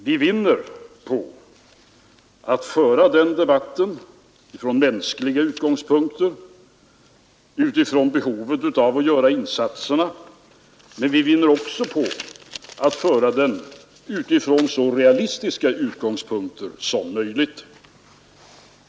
Vi vinner på att föra den debatten från mänskliga utgångspunkter och från behovet av att göra insatserna. Men vi vinner också på att föra den från så realistiska utgångspunkter som möjligt.